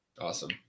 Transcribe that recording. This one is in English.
awesome